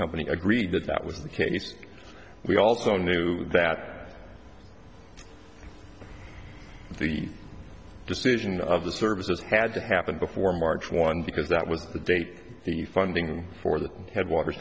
company agreed that that was the case we also knew that the decision of the service had to happen before march one because that was the date the funding for the headwater